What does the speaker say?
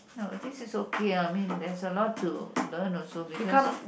no this is okay ah I mean there's a lot to learn also because